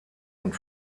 und